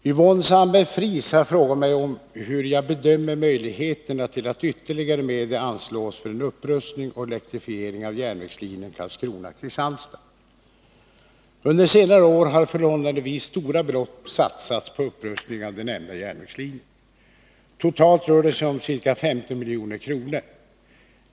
Herr talman! Yvonne Sandberg-Fries har frågat mig hur jag bedömer möjligheterna till att ytterligare medel anslås för en upprustning och elektrifiering av järnvägslinjen Karlskrona-Kristianstad. Under senare år har förhållandevis stora belopp satsats på upprustning av den nämnda järnvägslinjen. Totalt rör det sig om ca 15 milj.kr.